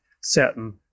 certain